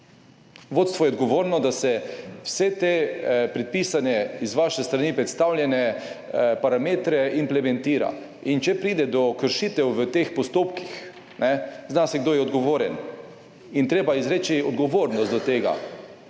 Vodstvo je odgovorno, da se vse te predpisane, iz vaše strani predstavljene, parametre implementira. In če pride do kršitev v teh postopkih, zna se kdo je odgovoren in treba izreči odgovornost do tega.